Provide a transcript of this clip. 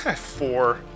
Four